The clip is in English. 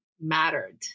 mattered